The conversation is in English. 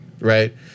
right